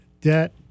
debt